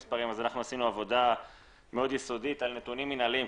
עבודה מאוד יסודית על נתונים מנהליים.